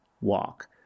walk